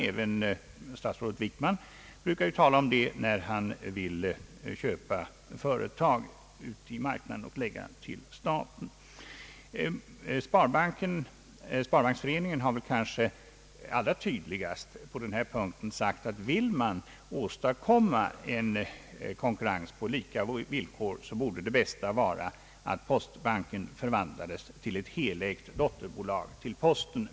Även statsrådet Wickman brukar tala om det när han för statens räkning vill köpa företag ute i marknaden. Sparbanksföreningen har kanske allra tydligast på denna punkt sagt att om man vill åstadkomma en konkurrens på lika villkor är det bäst att postbanken förvandlas till ett av posten helägt dotterbolag.